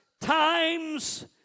times